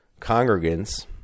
congregants